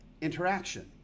interaction